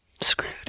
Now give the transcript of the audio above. screwed